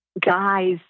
guys